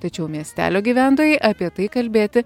tačiau miestelio gyventojai apie tai kalbėti